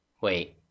Wait